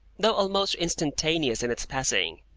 though almost instantaneous in its passing,